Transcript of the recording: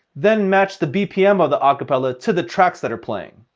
then match the bpm of the acapella to the tracks that are playing.